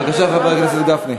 בבקשה, חבר הכנסת גפני.